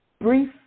brief